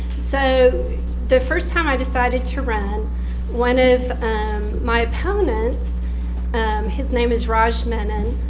so the first time i decided to run one of my opponents his name is raj menin